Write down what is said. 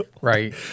Right